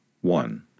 one